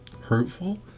hurtful